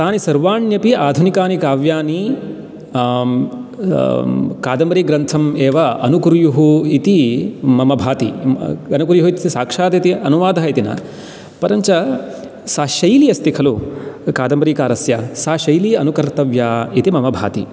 तानि सर्वाण्यपि आधुनिकानि काव्यानि कादम्बरीग्रन्थम् एव अनुकुर्युः इति मम भाति अनुकुर्युः इति साक्षादिति अनुवादः इति न परञ्च सा शैली अस्ति खलु कादम्बरीकारस्य सा शैली अनुकर्तव्या इति मम भाति